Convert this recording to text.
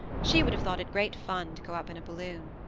she would have thought it great fun to go up in a balloon.